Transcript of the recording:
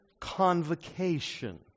convocation